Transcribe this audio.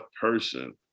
person